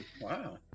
Wow